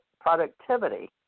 Productivity